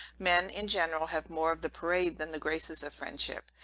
men, in general, have more of the parade than the graces of friendship.